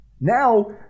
Now